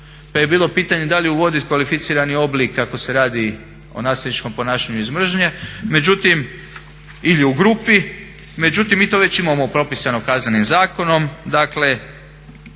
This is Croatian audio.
pa je bilo pitanje da li uvodit kvalificirani oblik ako se radi o nasilničkom ponašanju iz mržnje, međutim ili je u grupi, međutim mi to već imamo propisano Kaznenim zakonom. Dakle